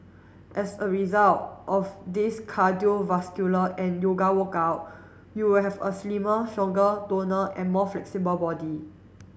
as a result of this cardiovascular and yoga workout you will have a slimmer stronger toner and more flexible body